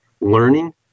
learning